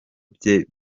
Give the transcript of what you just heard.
bye